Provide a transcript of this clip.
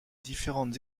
différentes